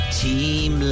team